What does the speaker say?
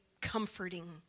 comforting